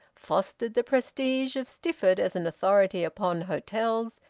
fostered the prestige of stifford as an authority upon hotels,